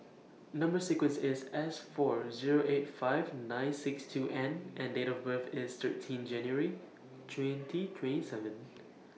Number sequence IS S four Zero eight five nine six two N and Date of birth IS thirteen January twenty three seven